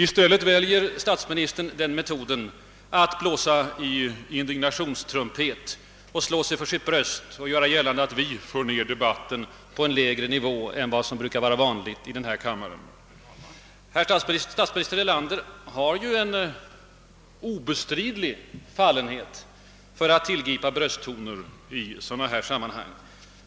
I stället väljer statsministern metoden att blåsa i indignationstrumpeten och slå sig för sitt bröst och göra gällande att vi sänker debatten till en lägre nivå än den som är vanlig i denna kammare. Statsminister Erlander har ju en obestridlig fallenhet för att tillgripa brösttoner i sådana här sammanhang.